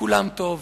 לכולם טוב.